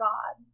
God